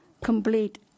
complete